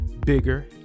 Bigger